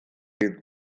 egin